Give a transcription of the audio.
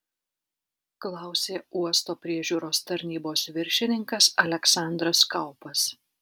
klausė uosto priežiūros tarnybos viršininkas aleksandras kaupas